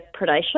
predation